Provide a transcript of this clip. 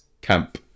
camp